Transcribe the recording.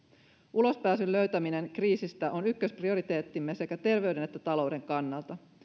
ulospääsyn löytäminen kriisistä on ykkösprioriteettimme sekä terveyden että talouden kannalta